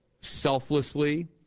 Selflessly